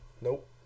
Nope